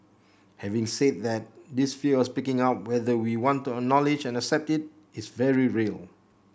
having said that this fear of speaking up whether we want to acknowledge and accept it is very real